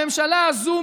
בממשלה הזאת,